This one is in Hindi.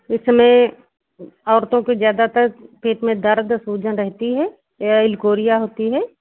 इसमें औरतों को ज़्यादातर पेट में दर्द सूजन रहती है या लिकोरिया होता है